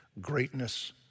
greatness